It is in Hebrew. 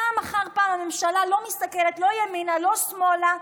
פעם אחר פעם הממשלה לא מסתכלת ימינה ולא שמאלה,